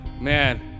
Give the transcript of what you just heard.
Man